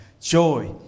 joy